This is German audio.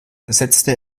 setzte